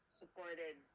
supported